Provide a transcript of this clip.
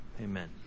Amen